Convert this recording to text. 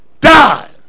die